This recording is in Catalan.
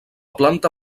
planta